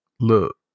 look